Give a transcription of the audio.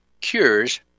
cures